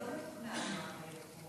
אבל זה לא מתוקנן עם מספר האחיות.